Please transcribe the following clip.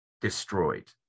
destroyed